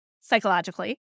psychologically